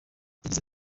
yagize